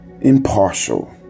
impartial